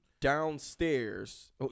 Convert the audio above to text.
downstairs